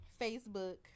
Facebook